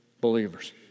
believers